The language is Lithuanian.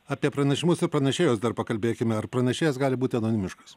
apie pranešimus ir pranešėjus dar pakalbėkime ar pranešėjas gali būti anonimiškas